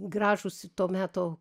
gražūs to meto